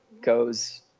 goes